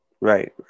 Right